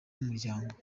nk’umuryango